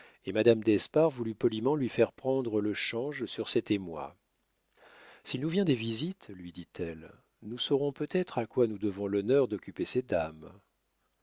et madame d'espard voulut poliment lui faire prendre le change sur cet émoi s'il nous vient des visites lui dit-elle nous saurons peut-être à quoi nous devons l'honneur d'occuper ces dames